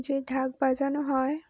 যে ঢাক বাজানো হয়